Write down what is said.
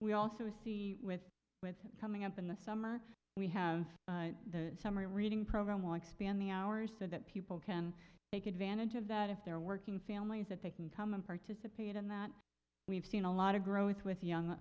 we also see with with coming up in the summer we have the summer reading program will expand the hours so that people can take advantage of that if they're working families that they can come and participate in that we've seen a lot of growth with young